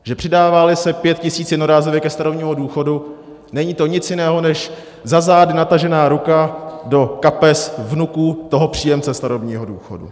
Že přidáváli se 5 tisíc jednorázově ke starobnímu důchodu, není to nic jiného než za zády natažená ruka do kapes vnuků toho příjemce starobního důchodu.